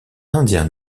indiens